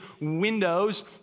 windows